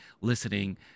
listening